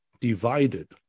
divided